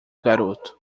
garoto